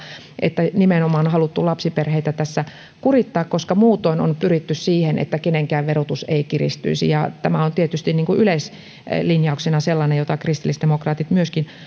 että nimenomaan on haluttu lapsiperheitä tässä kurittaa koska muutoin on pyritty siihen että kenenkään verotus ei kiristyisi tämä on tietysti yleislinjauksena sellainen jota kristillisdemokraatit myöskin